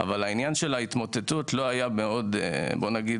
אבל העניין של ההתמוטטות לא היה מאוד ברור,